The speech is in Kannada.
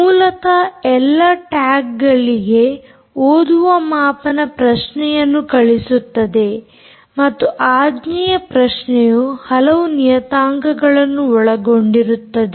ಮೂಲತಃ ಎಲ್ಲಾ ಟ್ಯಾಗ್ಗಳಿಗೆ ಓದುವ ಮಾಪನ ಪ್ರಶ್ನೆಯನ್ನು ಕಳಿಸುತ್ತದೆ ಮತ್ತು ಆಜ್ಞೆಯ ಪ್ರಶ್ನೆಯು ಹಲವು ನಿಯತಾಂಕಗಳನ್ನು ಒಳಗೊಂಡಿರುತ್ತದೆ